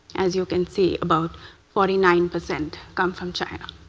as you can see about forty nine percent come from china.